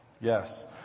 Yes